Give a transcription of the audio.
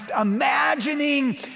imagining